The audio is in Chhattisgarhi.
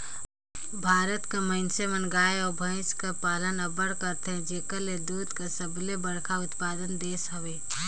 भारत कर मइनसे मन गाय अउ भंइस कर पालन अब्बड़ करथे जेकर ले दूद कर सबले बड़खा उत्पादक देस हवे